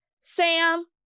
Sam